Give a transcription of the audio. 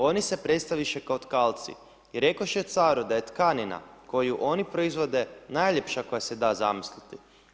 Oni se predstaviše kao tkalci i rekoše caru da je tkanina koju oni proizvode najljepša koja se da zamisliti.